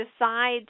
decide